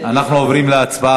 אנחנו עוברים להצבעה.